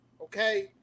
okay